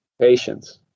Patience